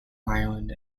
ireland